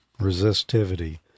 resistivity